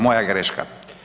Moja greška.